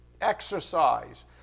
exercise